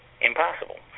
Impossible